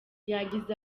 yagize